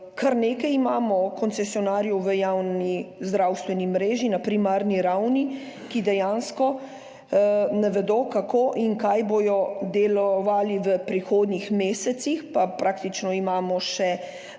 kar nekaj imamo koncesionarjev v javni zdravstveni mreži na primarni ravni, ki dejansko ne vedo, kako bodo delovali v prihodnjih mesecih, pa imamo praktično še